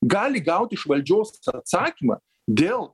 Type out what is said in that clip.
gali gaut iš valdžios atsakymą dėl